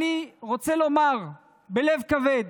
אני רוצה לומר בלב כבד,